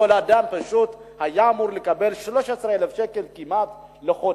כל אדם פשוט היה אמור לקבל 13,000 שקלים כמעט בחודש.